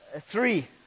three